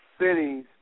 cities